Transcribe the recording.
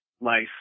life